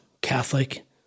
Catholic